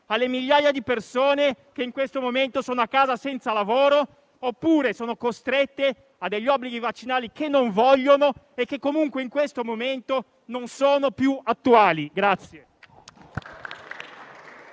alle migliaia di persone che in questo momento sono a casa senza lavoro, o costrette a ottemperare a obblighi vaccinali che non vogliono e che comunque in questo momento non sono più attuali.